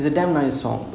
ah